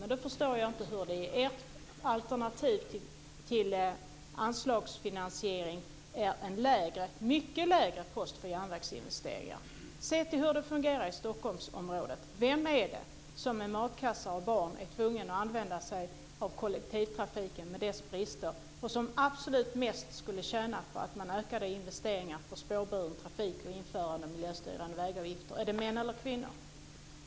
Men då förstår jag inte hur ni i ert alternativ till anslagsfinansiering kan ha en mycket lägre post för järnvägsinvesteringar. Se på hur det fungerar i Stockholmsområdet! Vem är det som med matkassar och barn är tvungen att använda sig av kollektivtrafiken med dess brister och som absolut skulle tjäna mest på att man ökade investeringarna i spårburen trafik och införde miljöstyrande vägavgifter? Är det män eller kvinnor?